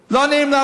לא נעים.